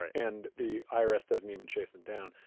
and the irs doesn't even chase them down.